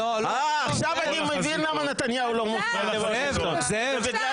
עכשיו אני מבין למה נתניהו לא --- זה בגלל